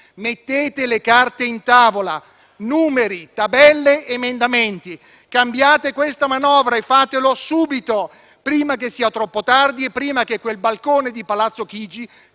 Mettete le carte in tavola: numeri, tabelle ed emendamenti. Cambiate questa manovra e fatelo subito, prima che sia troppo tardi e prima che quel balcone di Palazzo Chigi